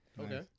Okay